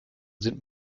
sind